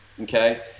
Okay